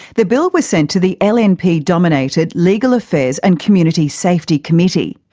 the bill was sent to the lnp-dominated legal affairs and community safety committee,